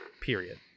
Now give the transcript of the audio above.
Period